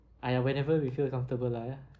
!aiya! whenever we feel comfortable lah ya